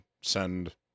send